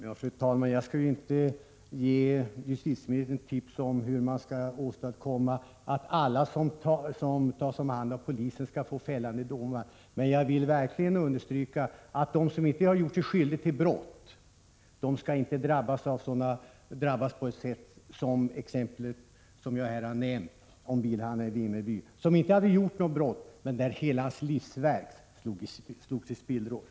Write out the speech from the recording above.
Fru talman! Jag skall inte ge justitieministern tips om hur man skall åstadkomma att alla som tas om hand av polisen skall få fällande domar. Men jag vill verkligen understryka att de som inte har gjort sig skyldiga till brott skall inte drabbas på det sätt som mitt exempel med bilhandlaren i Vimmerby visar. Han hade inte begått något brott, men hela hans livsverk slogs i spillror.